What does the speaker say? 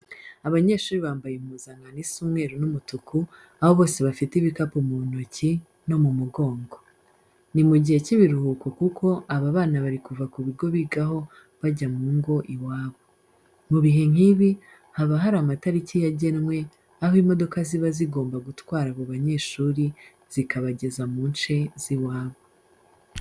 Abanyeshuri bambaye impuzankano isa umweru n'umutuku, aho bose bafite ibikapu mu ntoki no mu mugongo. Ni mu gihe cy'ibiruhuko kuko aba bana bari kuva ku bigo bigaho bajya mu ngo iwabo. Mu bihe nk'ibi haba hari amatariki yagenwe aho imodoka ziba zigomba gutwara abo banyeshuri zikabageza mu nce z'iwabo.